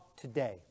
today